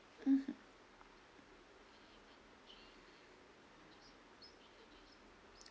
mmhmm